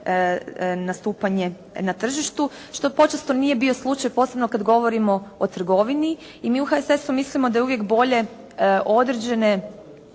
nastupanje na tržištu što počesto nije bio slučaj posebno kada govorimo o trgovini i mi u HSS-u mislimo da je uvijek bolje određene